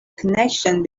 connection